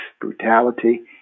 brutality